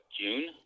June